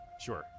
sure